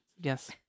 Yes